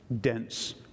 dense